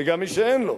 וגם מי שאין לו,